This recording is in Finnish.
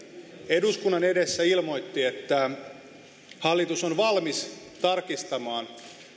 eduskunnan edessä ilmoitti että hallitus on valmis tarkistamaan